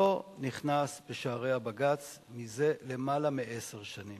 לא נכנס בשערי הבג"ץ זה למעלה מעשר שנים,